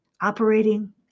operating